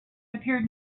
appeared